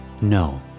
No